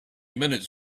minutes